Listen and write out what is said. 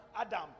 Adam